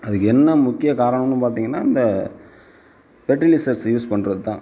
அதுக்கு என்ன முக்கிய காரணம்னு பார்த்தீங்கன்னா இந்த ஃபெர்டிலிசர்ஸ் யூஸ் பண்ணுறது தான்